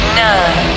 nine